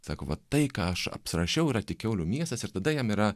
sako va tai ką aš apsrašiau yra tik kiaulių miestas ir tada jam yra